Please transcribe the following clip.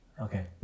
Okay